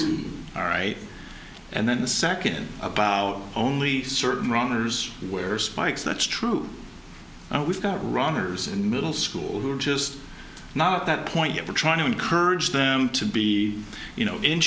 in all right and then the second about only certain runners where spikes that's true and we've got runners in middle school who are just now at that point yet we're trying to encourage them to be you know in